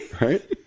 Right